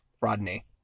Rodney